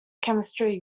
chemistry